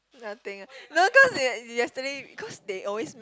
nothing ah no cause they th~ yesterday cause they always make